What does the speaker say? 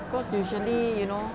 because usually you know